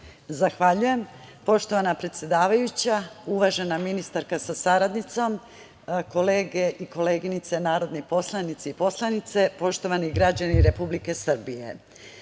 Zahvaljujem. Poštovana predsedavajuća, uvažena ministarka sa saradnicom, kolege i koleginice narodni poslanici i poslanice, poštovani građani Republike Srbije,